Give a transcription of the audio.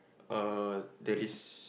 uh there is